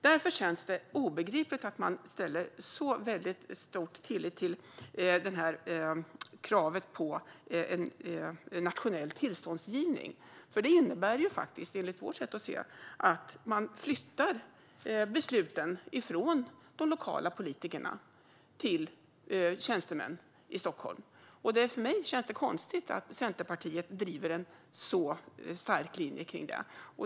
Därför känns det obegripligt att man sätter så stor tillit till kravet på en nationell tillståndsgivning. Det innebär enligt vårt sätt att se att man flyttar besluten från de lokala politikerna till tjänstemän i Stockholm. För mig känns det konstigt att Centerpartiet driver en så stark linje för det.